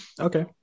Okay